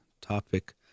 topic